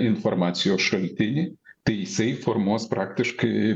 informacijos šaltinį tai jisai formuos praktiškai